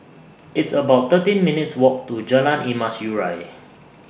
It's about thirteen minutes' Walk to Jalan Emas Urai